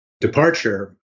departure